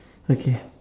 okay